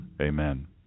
Amen